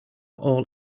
all